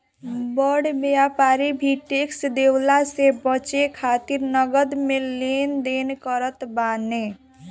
बड़ व्यापारी भी टेक्स देवला से बचे खातिर नगद में लेन देन करत बाने